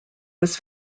was